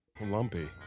lumpy